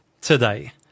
today